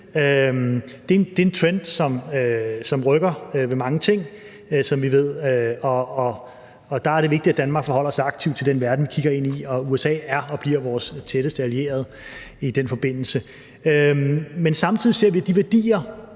Det er en trend, der, som vi ved, rykker ved mange ting. Og der er det vigtigt, at Danmark forholder sig aktivt til den verden, vi kigger ind i, og USA er og bliver vores tætteste allierede i den forbindelse. Det andet er, at vi